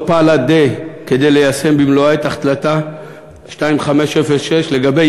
לא פעלה די כדי ליישם במלואה את החלטה 2506 לגבי